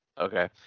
okay